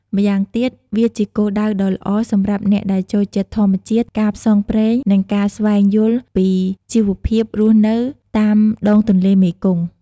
ម៉្យាងទៀត វាជាគោលដៅដ៏ល្អសម្រាប់អ្នកដែលចូលចិត្តធម្មជាតិ ការផ្សងព្រេង និងការស្វែងយល់ពីជីវភាពរស់នៅតាមដងទន្លេមេគង្គ។